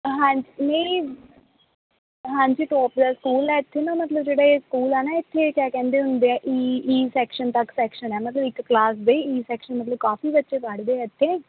ਹਾਂਜੀ ਨਹੀਂ ਹਾਂਜੀ ਟੋਪਲ ਸਕੂਲ ਹੈ ਇੱਥੇ ਨਾ ਮਤਲਬ ਜਿਹੜੇ ਸਕੂਲ ਆ ਨਾ ਇੱਥੇ ਕਿਆ ਕਹਿੰਦੇ ਹੁੰਦੇ ਆ ਈ ਈ ਸੈਕਸ਼ਨ ਤੱਕ ਸੈਕਸ਼ਨ ਹੈ ਮਤਲਬ ਇੱਕ ਕਲਾਸ ਦੇ ਈ ਸੈਕਸ਼ਨ ਮਤਲਬ ਕਾਫੀ ਬੱਚੇ ਪੜ੍ਹਦੇ ਇੱਥੇ